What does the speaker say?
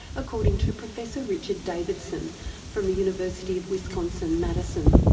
according to professor richard davidson from the university of wisconsin madison.